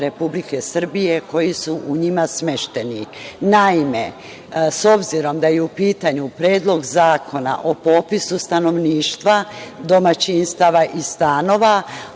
Republike Srbije koji su u njima smešteni. Naime, s obzirom, da je u pitanju Predlog zakona o popisu stanovništva, domaćinstava i stanova,